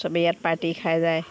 চবেই ইয়াত পাৰ্টি খাই যায়